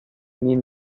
mean